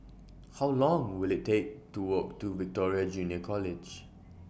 How Long Will IT Take to Walk to Victoria Junior College